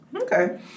Okay